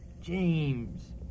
James